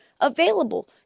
available